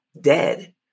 dead